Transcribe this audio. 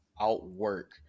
outwork